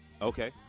Okay